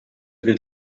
good